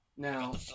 Now